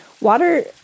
Water